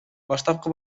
баштапкы